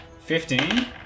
Fifteen